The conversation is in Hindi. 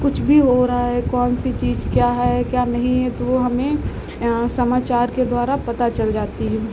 कुछ भी हो रहा है कौन सी चीज़ क्या है क्या नहीं है तो वह हमें समाचार के द्वारा पता चल जाती है